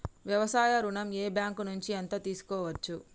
వ్యవసాయ ఋణం ఏ బ్యాంక్ నుంచి ఎంత తీసుకోవచ్చు?